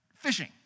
fishing